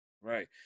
right